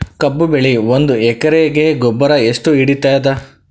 ಕಬ್ಬು ಬೆಳಿ ಒಂದ್ ಎಕರಿಗಿ ಗೊಬ್ಬರ ಎಷ್ಟು ಹಿಡೀತದ?